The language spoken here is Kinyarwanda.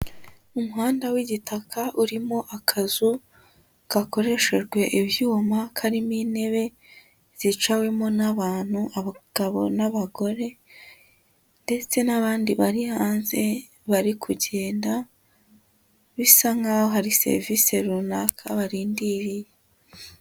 Umuhanda w'igitaka urimo akazu gakoreshejwe ibyuma, karimo intebe zicawemo n'abantu abagabo n'abagore ndetse n'abandi bari hanze bari kugenda, bisa nk'aho hari serivisi runaka barindiriye.